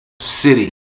city